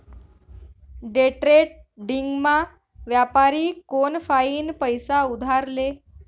डेट्रेडिंगमा व्यापारी कोनफाईन पैसा उधार ले